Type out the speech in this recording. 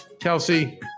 Kelsey